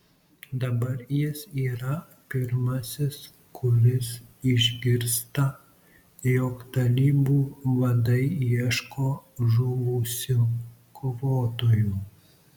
dabar jis yra pirmasis kuris išgirsta jog talibų vadai ieško žuvusių kovotojų